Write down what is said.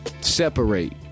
Separate